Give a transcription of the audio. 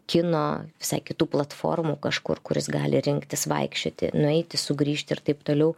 kino visai kitų platformų kažkur kur jis gali rinktis vaikščioti nueiti sugrįžti ir taip toliau